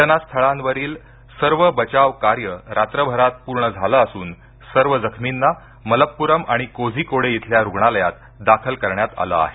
घटनास्थळांवरील सर्व बचाव कार्य रात्रभरात पूर्ण झालं असून सर्व जखमींना मलप्पूरम आणि कोझिकोडे इथल्या रुग्णालयात दाखल करण्यात आलं आहे